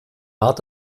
art